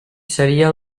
seria